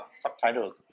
subtitles